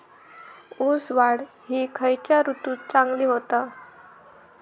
ऊस वाढ ही खयच्या ऋतूत चांगली होता?